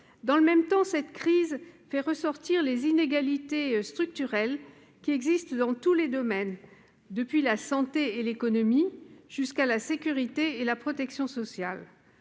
Dans le même temps, cette crise fait ressortir les inégalités structurelles qui existent dans tous les domaines, depuis la santé et l'économie jusqu'à la sécurité et la protection sociale.